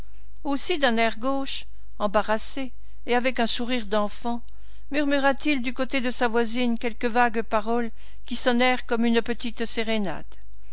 aussi d'un air gauche embarrassé et avec un sourire d'enfant murmura-t-il du côté de sa voisine quelques vagues paroles qui sonnèrent comme une petite sérénade